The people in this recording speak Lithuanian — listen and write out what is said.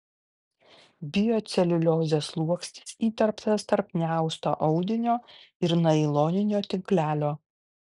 bioceliuliozės sluoksnis įterptas tarp neausto audinio ir nailoninio tinklelio